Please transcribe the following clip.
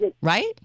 right